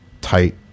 tight